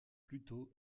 plutôt